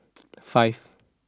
five